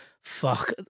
fuck